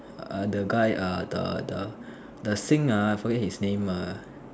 err the guy uh the the the sing ah I forgot his name ah